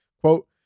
Quote